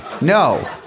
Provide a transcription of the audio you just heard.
No